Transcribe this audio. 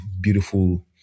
beautiful